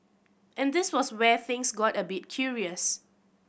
and this was where things got a bit curious